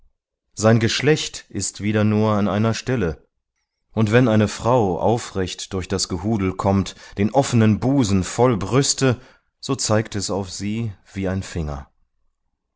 sein geschlecht ist wieder nur an einer stelle und wenn eine frau aufrecht durch das gehudel kommt den offenen busen voll brüste so zeigt es auf sie wie ein finger